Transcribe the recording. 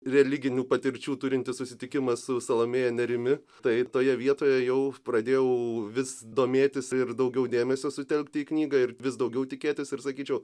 religinių patirčių turintis susitikimas su salomėja nėrimi tai toje vietoje jau pradėjau vis domėtis ir daugiau dėmesio sutelkti į knygą ir vis daugiau tikėtis ir sakyčiau